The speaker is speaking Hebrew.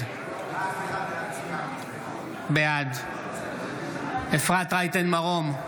בעד אפרת רייטן מרום,